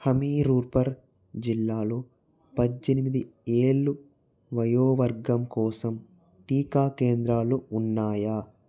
హామీరూపర్ జిల్లాలో పద్దెనిమిది ఏళ్లు వయోవర్గం కోసం టీకా కేంద్రాలు ఉన్నాయా